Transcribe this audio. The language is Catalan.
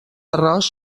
arròs